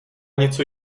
něco